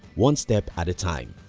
one step at a time.